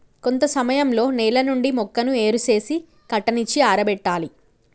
కొంత సమయంలో నేల నుండి మొక్కను ఏరు సేసి కట్టనిచ్చి ఆరబెట్టాలి